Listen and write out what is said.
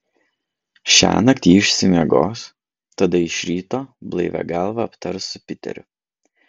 šiąnakt ji išsimiegos tada iš ryto blaivia galva aptars su piteriu